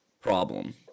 problem